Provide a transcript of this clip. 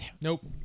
Nope